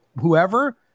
whoever